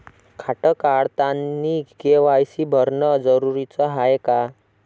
खातं काढतानी के.वाय.सी भरनं जरुरीच हाय का?